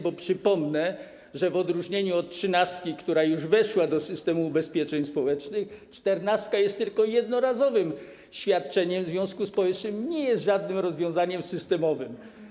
Bo przypomnę, że w odróżnieniu od trzynastki, która już weszła do systemu ubezpieczeń społecznych, czternastka jest tylko jednorazowym świadczeniem, w związku z powyższym nie jest żadnym rozwiązaniem systemowym.